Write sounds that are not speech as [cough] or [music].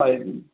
[unintelligible]